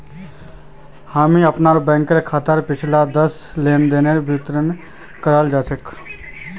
हामी अपनार बैंक खाताक पिछला दस लेनदनेर विवरण जनवा चाह छि